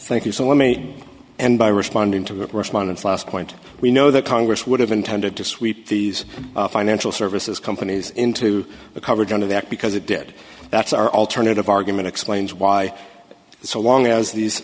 thank you so let me end by responding to the respondents last point we know that congress would have intended to sweep these financial services companies into the coverage under that because it did that's our alternative argument explains why so long as these